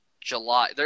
July